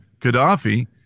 Gaddafi